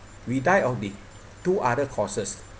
we die of the two other causes